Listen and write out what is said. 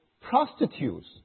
prostitutes